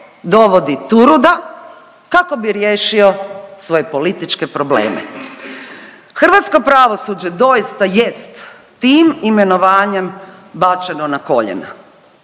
dovodi Turuda kako bi riješio svoje političke probleme. Hrvatsko pravosuđe doista jest tim imenovanjem bačeno na koljena.